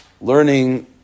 Learning